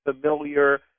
familiar